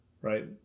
right